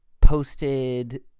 posted